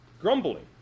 grumbling